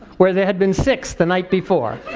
where there had been six the night before.